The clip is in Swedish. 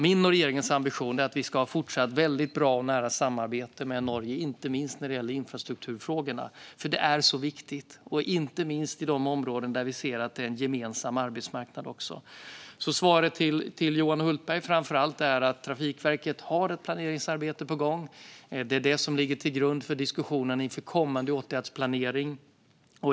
Min och regeringens ambition är att vi ska ha ett fortsatt väldigt bra och nära samarbete med Norge, inte minst när det gäller infrastrukturfrågorna, för detta är viktigt, inte minst i de områden där vi ser en gemensam arbetsmarknad. Svaret till framför allt Johan Hultberg är att Trafikverket har ett planeringsarbete på gång. Det är detta som ligger till grund för diskussionen inför kommande åtgärdsplanering.